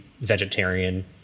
vegetarian